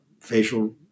facial